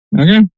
Okay